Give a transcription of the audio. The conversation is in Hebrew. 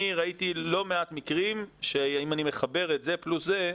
ראיתי לא מעט מקרים שאם אני מחבר את זה פלוס זה,